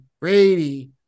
Brady